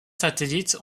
satellites